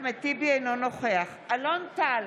אינו נוכח אלון טל,